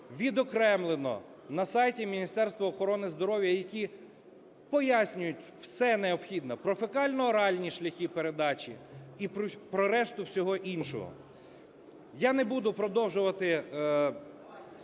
відокремлено на сайті Міністерства охорони здоров'я, які пояснюють все необхідне про фекально-оральні шляхи передачі і про решту всього іншого? Я не буду продовжувати